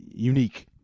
Unique